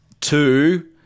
Two